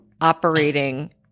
operating